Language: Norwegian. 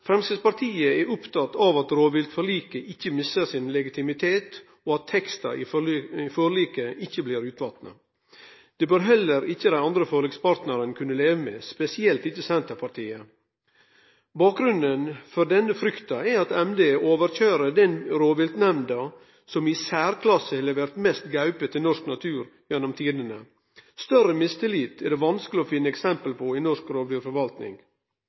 Framstegspartiet er oppteke av at rovdyrforliket ikkje misser sin legitimitet, og at teksta i forliket ikkje blir utvatna. Det bør heller ikkje dei andre forlikspartnarane kunne leve med – spesielt ikkje Senterpartiet. Bakgrunnen for denne frykta er at Miljøverndepartementet overkøyrer den rovviltnemnda som i særklasse har levert mest gaupe til norsk natur gjennom tidene. Større mistillit er det vanskeleg å finne eksempel på i norsk